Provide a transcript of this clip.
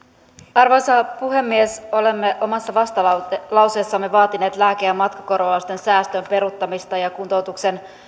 arvoisa puhemies olemme omassa vastalauseessamme vaatineet lääke ja matkakorvausten säästön peruuttamista ja kuntoutuksen